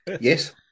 Yes